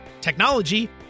technology